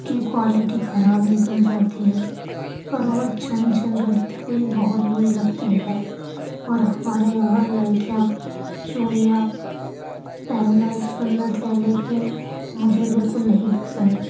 ان کی کوالٹی خراب نکل جاتی ہے اور وہ چھن چھن کرتی کوئی بہت بری لگتی ہے اور ہمارے یہاں لڑکیاں چوڑیاں پہننا سنت ہے لیکن مجھے بالکل نہیں پسند